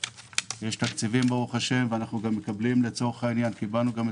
יש תקציבים ברוך השם וגם קיבלנו את